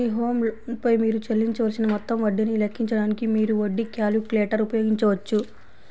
మీ home loan పై మీరు చెల్లించవలసిన మొత్తం వడ్డీని లెక్కించడానికి, మీరు వడ్డీ క్యాలిక్యులేటర్ ఉపయోగించవచ్చు